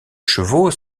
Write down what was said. chevaux